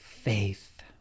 faith